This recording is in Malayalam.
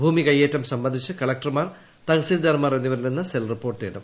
ഭൂമി കയ്യേറ്റം സംബന്ധിച്ച് കളക്ടർമാർ തഹസീൽദാർമാർ എന്നിവരിൽ നിന്ന് സ്കെൽ റിപ്പോർട്ട് തേടും